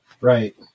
Right